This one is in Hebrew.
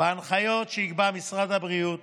שיקבע משרד הבריאות